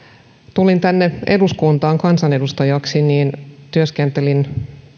tulin tänne eduskuntaan kansanedustajaksi työskentelin